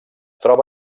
troba